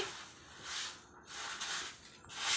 ಬಿತ್ತನೆ ಮಾಡಲು ಯಾವ ಕೂರಿಗೆ ಚೊಕ್ಕವಾಗಿದೆ?